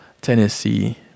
tennessee